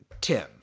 Tim